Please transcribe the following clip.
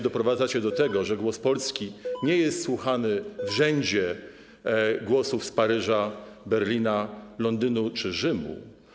Doprowadzacie do tego, że głos Polski nie jest słuchany na równi z głosami z Paryża, Berlina, Londynu czy Rzymu.